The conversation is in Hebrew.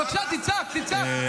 בבקשה, תצעק, תצעק.